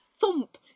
thump